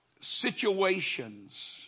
situations